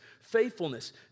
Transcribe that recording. faithfulness